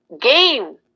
game